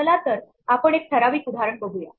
चला तर आपण एक ठराविक उदाहरण बघूया